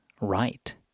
right